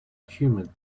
humid